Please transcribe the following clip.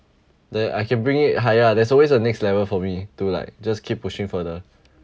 then I can bring it higher ah there's always a next level for me to like just keep pushing further